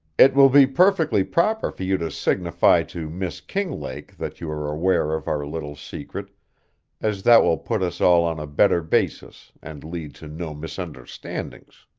it will be perfectly proper for you to signify to miss kinglake that you are aware of our little secret as that will put us all on a better basis and lead to no misunderstandings.